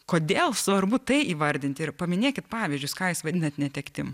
kodėl svarbu tai įvardinti ir paminėkit pavyzdžius ką jūs vadinat netektim